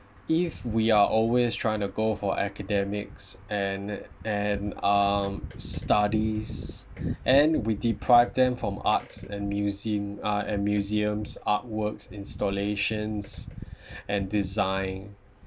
if we are always trying to go for academics and and um studies and we deprive them from arts and museum uh and museums artworks installations and design